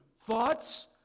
Thoughts